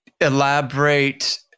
elaborate